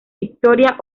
victoria